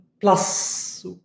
plus